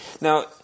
Now